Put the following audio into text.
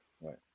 right